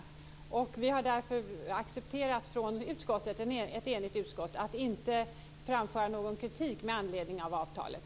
Ett enigt utskott har därför accepterat att inte framföra någon kritik med anledning av avtalet.